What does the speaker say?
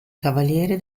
cavaliere